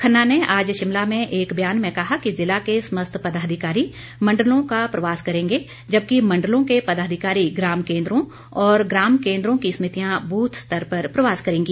खन्ना ने आज शिमला में एक बयान में कहा कि ज़िला के समस्त पदाधिकारी मंडलों का प्रवास करेंगे जबकि मंडलों के पदाधिकारी ग्राम केन्द्रों और ग्राम केन्द्रों की समितियां बृथ स्तर पर प्रवास करेंगी